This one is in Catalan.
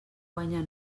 guanya